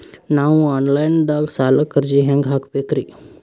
ನಾವು online ದಾಗ ಸಾಲಕ್ಕ ಅರ್ಜಿ ಹೆಂಗ ಹಾಕಬೇಕ್ರಿ?